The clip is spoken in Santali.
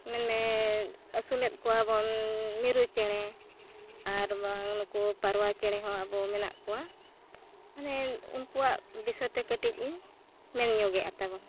ᱢᱮᱱᱢᱮ ᱟᱹᱥᱩᱞᱮᱫ ᱠᱚᱣᱟ ᱵᱚᱱ ᱢᱤᱨᱩ ᱪᱮᱬᱮ ᱟᱨ ᱵᱟᱝ ᱱᱩᱠᱩ ᱯᱟᱣᱨᱟ ᱪᱮᱬᱮ ᱦᱚᱸ ᱟᱵᱚ ᱢᱮᱱᱟᱜ ᱠᱚᱣᱟ ᱢᱟᱱᱮ ᱩᱱᱠᱩᱣᱟᱜ ᱵᱤᱥᱚᱭ ᱛᱮ ᱠᱟᱹᱴᱤᱡ ᱤᱧ ᱢᱮᱱᱧᱚᱜᱮᱫᱟ ᱛᱟᱵᱚᱱ